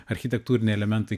architektūriniai elementai